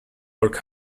work